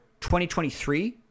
2023